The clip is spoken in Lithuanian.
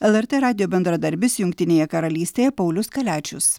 lrt radijo bendradarbis jungtinėje karalystėje paulius kaliačius